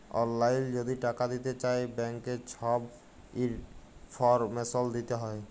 অললাইল যদি টাকা দিতে চায় ব্যাংকের ছব ইলফরমেশল দিতে হ্যয়